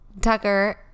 Tucker